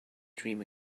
dream